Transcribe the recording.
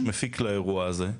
יש מפיק לאירוע הזה,